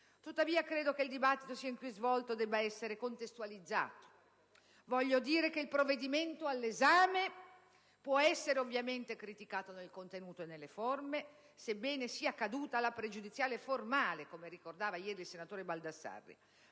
Tuttavia, credo che il dibattito fin qui svolto debba essere contestualizzato. Il provvedimento all'esame può essere ovviamente criticato nel contenuto e nelle forme, sebbene sia caduta la pregiudiziale formale (come ricordava ieri il senatore Baldassarri),